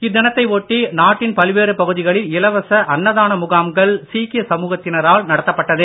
இத்தினத்தை ஒட்டி நாட்டின் பல்வேறு பகுதிகளில் இலவச அன்னதான முகாம்கள் சீக்கிய சமூகத்தினரால் நடத்தப்பட்டது